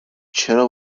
چرا